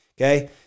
okay